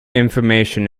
information